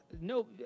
no